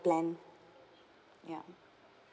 plan ya